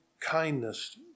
kindness